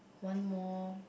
one more